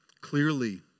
clearly